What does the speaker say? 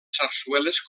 sarsueles